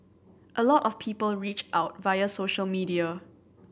a lot of people reach out via social media